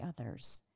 others